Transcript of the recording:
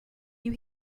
you